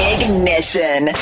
Ignition